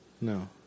No